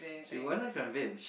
she wasn't convinced